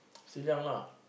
still young lah